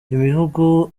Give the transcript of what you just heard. imivugo